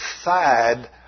side